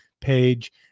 page